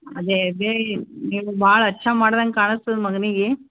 ಅದೇ ನೀವು ಭಾಳ ಅಚ್ಚ ಮಾಡ್ದಂಗೆ ಕಾಣಿಸ್ತದೆ ಮಗನಿಗೆ